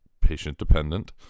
Patient-dependent